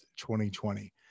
2020